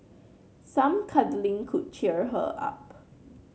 some cuddling could cheer her up